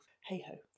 Hey-ho